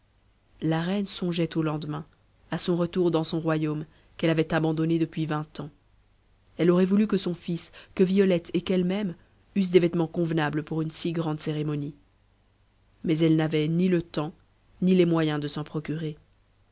la reine songeait au lendemain à son retour dans son royaume qu'elle avait abandonné depuis vingt ans elle aurait voulu que son fils que violette et qu'elle-même eussent des vêtements convenables pour une si grande cérémonie mais elle n'avait ni le temps ni les moyens de s'en procurer